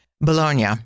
Bologna